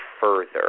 further